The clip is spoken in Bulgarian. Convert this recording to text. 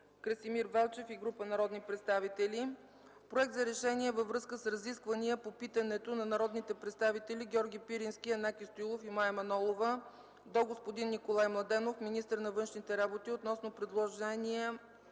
Красимир Велчев и група народни представители. - Проект за решение във връзка с разисквания по питането на народните представители Георги Пирински, Янаки Стоилов и Мая Манолова до господин Николай Младенов – министър на външните работи, относно предложения